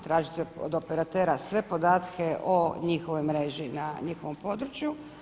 Tražiti od operatera sve podatke o njihovoj mreži na njihovom području.